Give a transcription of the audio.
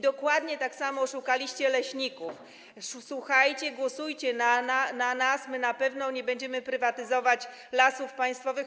Dokładnie tak samo oszukaliście leśników: Słuchajcie, głosujcie na nas, my na pewno nie będziemy prywatyzować Lasów Państwowych.